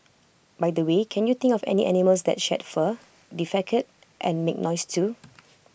by the way can you think of any animals that shed fur defecate and make noise too